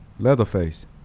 Leatherface